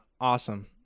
awesome